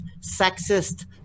sexist